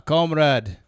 Comrade